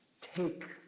take